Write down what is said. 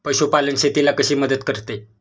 पशुपालन शेतीला कशी मदत करते?